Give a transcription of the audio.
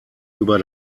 über